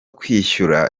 kwishyura